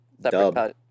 dub